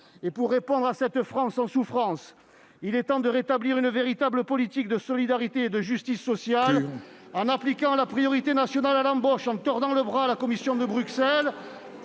! Pour répondre à cette France en souffrance, il est temps de rétablir une véritable politique de solidarité et de justice sociale, en appliquant la priorité nationale à l'embauche, en tordant le bras à la Commission de Bruxelles,